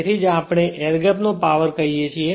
તેથી જ આપણે એર ગેપ નો પાવર કહીએ છીએ